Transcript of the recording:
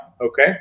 Okay